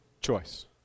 choice